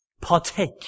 Partake